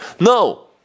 No